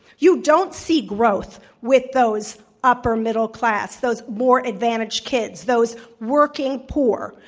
you don't see growth with those upper middle class, those more advantaged kids, those working poor.